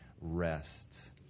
rest